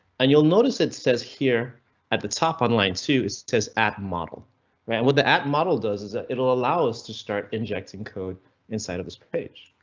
and you'll notice it says here at the top online to it says add model right with the app model does is that it will allow us to start injecting code inside of this page.